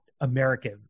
American